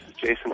Jason